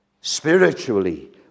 spiritually